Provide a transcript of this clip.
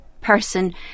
person